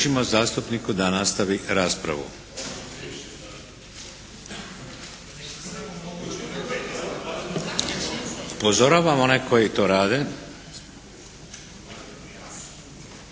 omogućimo zastupniku da nastavi raspravu. Upozoravam one koji to rade.